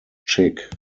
chic